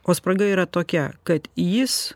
o spraga yra tokia kad jis